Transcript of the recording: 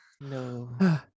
no